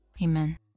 Amen